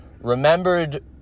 remembered